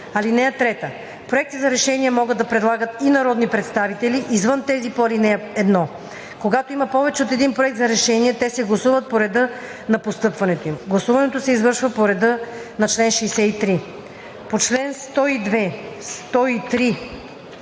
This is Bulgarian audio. минути. (3) Проекти за решение могат да предлагат и народни представители, извън тези по ал. 1. Когато има повече от един проект за решение, те се гласуват по реда на постъпването им. Гласуването се извършва по реда на чл. 63.“ Комисията